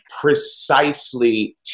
precisely